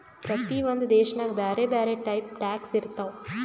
ಪ್ರತಿ ಒಂದ್ ದೇಶನಾಗ್ ಬ್ಯಾರೆ ಬ್ಯಾರೆ ಟೈಪ್ ಟ್ಯಾಕ್ಸ್ ಇರ್ತಾವ್